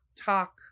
talk